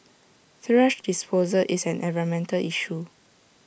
thrash disposal is an environmental issue